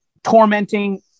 tormenting